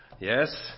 Yes